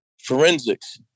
forensics